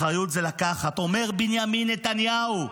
אחריות זה לקחת, אומר בנימין נתניהו,